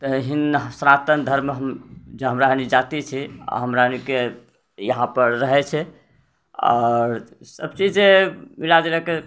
तऽहिना सनातन धर्म हम जे हमराअनी जाति छै हमराअनीके यहाँपर रहै छै आओर सबचीज मिला जुला कऽ